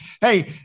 hey